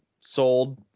sold